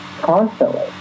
constantly